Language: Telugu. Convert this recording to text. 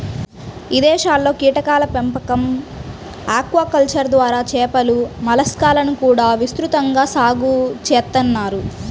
ఇదేశాల్లో కీటకాల పెంపకం, ఆక్వాకల్చర్ ద్వారా చేపలు, మలస్కాలను కూడా విస్తృతంగా సాగు చేత్తన్నారు